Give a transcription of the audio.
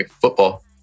football